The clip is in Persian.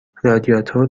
رادیاتور